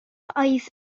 oedd